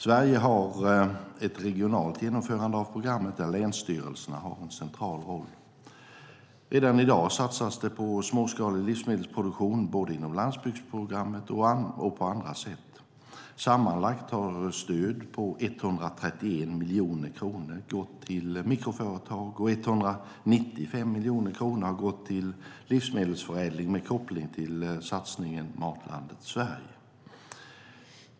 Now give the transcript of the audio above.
Sverige har ett regionalt genomförande av programmet där länsstyrelserna har en central roll. Redan i dag satsas det på småskalig livsmedelsproduktion både inom landsbygdsprogrammet och på andra sätt. Sammanlagt har stöd på 131 miljoner kronor gått till mikroföretag, och 195 miljoner kronor har gått till livsmedelsförädling med koppling till satsningen Matlandet Sverige.